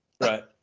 Right